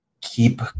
keep